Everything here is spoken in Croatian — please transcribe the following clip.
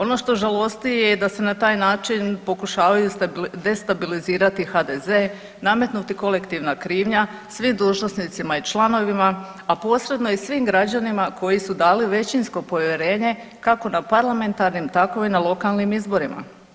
Ono što žalosti je da se na taj način pokušavaju destabilizirati HDZ, nametnuti kolektivna krivnja svim dužnosnicima i članovima, a posredno i svim građanima koji su dali većinsko povjerenje kako na parlamentarnim tako i na lokalnim izborima.